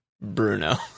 Bruno